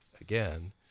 again